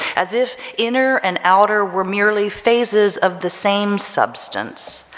as if inner and outer were merely phases of the same substance,